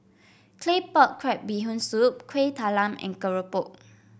Claypot Crab Bee Hoon Soup Kueh Talam and keropok